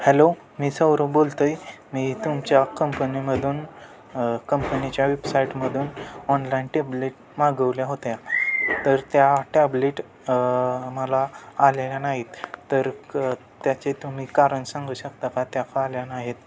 hello मी सौरब बोलतो आहे मी तुमच्या कंपनीमधून कंपनीच्या वेबसाईटमधून ऑनलाईन टेबलेट मागवल्या होत्या तर त्या टॅबलेट मला आलेल्या नाहीत तर क त्याचे तुम्ही कारण सांगू शकता का त्या का आल्या नाहीत